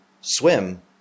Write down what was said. swim